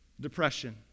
depression